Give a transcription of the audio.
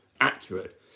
accurate